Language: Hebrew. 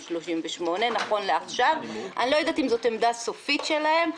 38. אני לא יודעת אם זאת עמדה סופית שלהם.